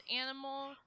animal